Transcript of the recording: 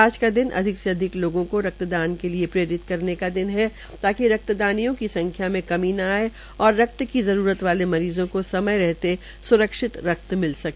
आज का दिन अधिक से अधिक लोगों को रक्तदान के लिए प्रेरित करने का दिन है जाकि रक्तदातियों की संख्या में कमी न आये और रक्त की जरूरत वाले मरीज़ो को समय रहते स्रक्षित रक्त मिल सके